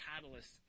catalyst